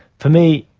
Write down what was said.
for me,